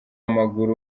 w’amaguru